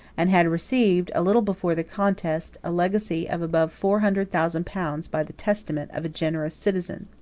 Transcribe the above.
and had received, a little before the contest, a legacy of above four hundred thousand pounds by the testament of a generous citizen.